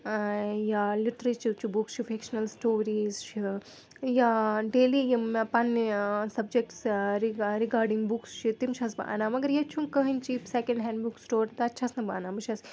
یا لِٹرِیچَر چِھ بُکہٕ چھِ فرِکشِنل سِٹوریٖز چھِ یا ڈیلِی یِم مےٚ پَنٕںہِ سَبجکٹَس رِ رِگاڈِنٛگ بُکُس چھِ تِم چھَس بہٕ اَنان مگر ییٚتہِ چھُنہٕ کٕہٕنٛے چیٖز سیکنٛڈ ہینٛڈ بُک سِٹور تَتہِ چھَس نہٕ بہٕ اَنان بہٕ چھَس